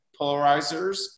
polarizers